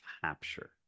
capture